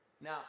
Now